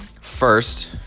first